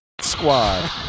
Squad